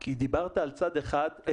כי דיברת על צד אחד.